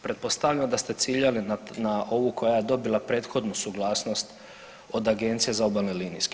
Pretpostavljam da ste ciljali na ovu koja je dobila prethodnu suglasnost od Agencije za obalni linijski.